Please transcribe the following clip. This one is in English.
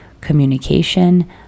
communication